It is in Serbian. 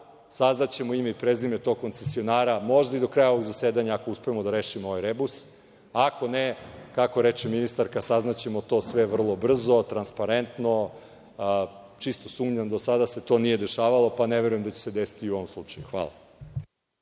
Saznaćemo ime i prezime tog koncesionara, možda i do kraja ovog zasedanja ako uspemo da rešimo ovaj rebus. Ako ne, kako reče ministarka, saznaćemo to sve vrlo brzo, transparentno. Čisto sumnjam. Do sada se to nije dešavalo, pa ne verujem da će se desiti i u ovom slučaju. Hvala.